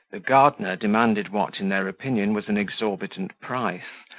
the gardener demanded what, in their opinion, was an exorbitant price,